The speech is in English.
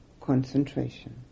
concentration